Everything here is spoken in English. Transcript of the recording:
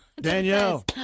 Danielle